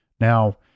Now